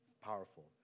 powerful